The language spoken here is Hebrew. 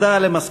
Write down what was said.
תודה.